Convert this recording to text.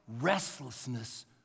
restlessness